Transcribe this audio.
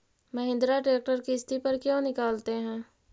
Mahindra tractor किसति पर क्यों निकालते हैं?